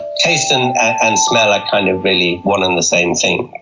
tastes and and smell are kind of really one and the same thing,